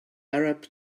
arab